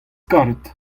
karet